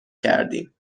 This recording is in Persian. کردیم